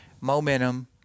momentum